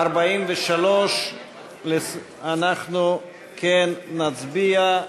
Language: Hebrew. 43 אנחנו כן נצביע.